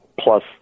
plus